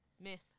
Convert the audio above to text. Myth